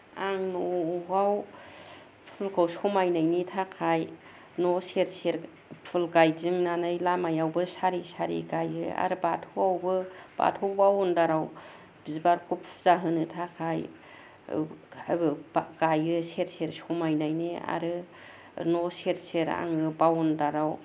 आं नआव फुलखौ समायनायनि थाखाय न' सेर सेर फुल गायदिंनानै लामायावबो सारि सारि गायो आरो बाथौआवबो बाथौ बावन्दाराव बिबारखौ फुजा होनो थाखाय ओ गायो सेर सेर समायनायनि आरो न' सेर सेर आङो बावन्दारियाव